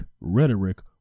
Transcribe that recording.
rhetoric